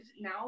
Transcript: now